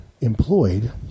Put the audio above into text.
employed